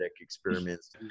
experiments